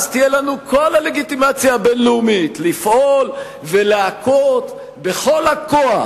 תהיה לנו כל הלגיטימציה הבין-לאומית לפעול ולהכות בכל הכוח.